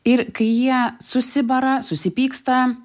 ir kai jie susibara susipyksta